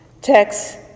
text